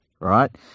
right